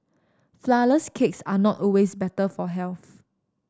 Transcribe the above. flourless cakes are not always better for health